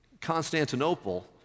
Constantinople